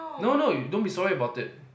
no no you don't be sorry about it